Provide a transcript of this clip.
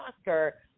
Oscar